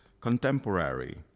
contemporary